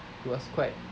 was quite